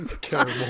Terrible